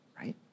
right